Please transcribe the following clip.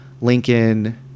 Lincoln